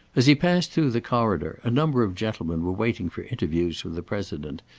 as he passed through the corridor, a number of gentlemen were waiting for interviews with the president,